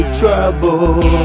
trouble